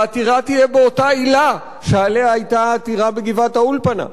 והעתירה תהיה באותה עילה שעליה היתה העתירה בגבעת-האולפנה,